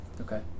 Okay